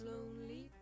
Lonely